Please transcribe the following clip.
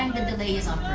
um the delay is on